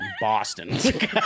Boston